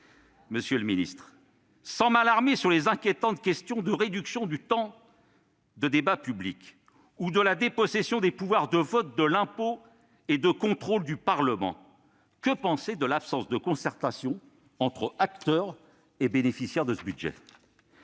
dire des méthodes ? Sans m'alarmer sur les inquiétantes questions de la réduction du temps de débat public ou de la dépossession du Parlement de ses pouvoirs de vote de l'impôt et de contrôle, que penser de l'absence de concertation entre acteurs et bénéficiaires de ce budget ?